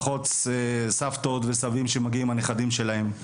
פחות סבתות וסבים שמגיעים עם הנכדים שלהם.